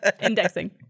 Indexing